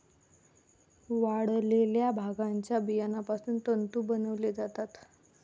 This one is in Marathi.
वाळलेल्या भांगाच्या बियापासून तंतू बनवले जातात